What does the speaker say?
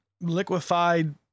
Liquefied